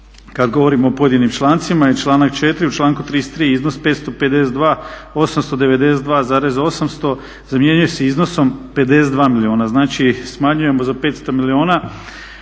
kada govorimo o pojedinim člancima i članak 4., u članku 33. iznos 552892,800 zamjenjuje se iznosom 52 milijuna. Znači smanjujemo za 500 milijuna